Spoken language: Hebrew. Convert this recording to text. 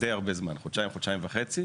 די הרבה זמן, חודשיים-חודשיים וחצי.